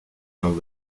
non